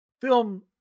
film